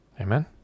Amen